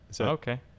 Okay